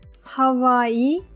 Hawaii